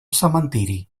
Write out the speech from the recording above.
cementeri